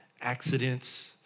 accidents